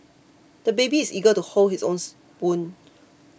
the baby is eager to hold his own spoon